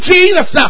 Jesus